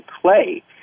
play